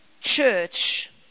church